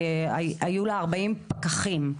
שהיו לה 40 פקחים.